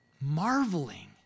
marveling